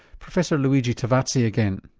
professor luigi tavazzi again.